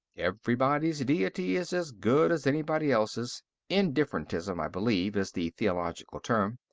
everybody's deity is as good as anybody else's indifferentism, i believe, is the theological term.